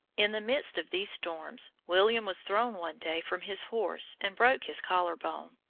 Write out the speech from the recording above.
in the midst of these storms william was thrown one day from his horse and broke his collar-bone.